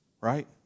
right